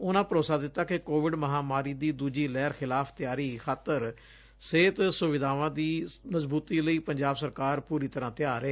ਉਨ੍ਨਾਂ ਭਰੋਸਾ ਦਿੱਤਾ ਕਿ ਕੋਵਿਡ ਮਹਾਂਮਾਰੀ ਦੀ ਦੁਜੀ ਲਹਿਰ ਖਿਲਾਫ ਤਿਆਰੀ ਖਾਤਰ ਸਿਹਤ ਸੁਵਿਧਾਵਾਂ ਦੀ ਮਜ਼ਬੂਤੀ ਲਈ ਪੰਜਾਬ ਸਰਕਾਰ ਪੁਰੀ ਤਰ੍ਰਾਂ ਤਿਆਰ ਏ